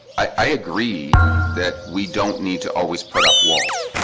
i agree that we don't need to always put up walls